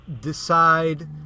decide